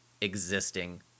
existing